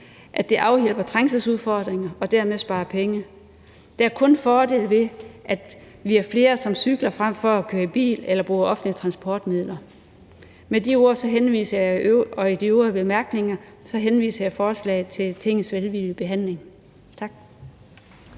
at det afhjælper trængselsudfordringer og dermed sparer penge. Der er kun fordele ved, at vi er flere, som cykler frem for at køre i bil eller bruge offentlige transportmidler. Med de ord og de øvrige bemærkninger henviser jeg forslaget til Tingets velvillige behandling. Tak.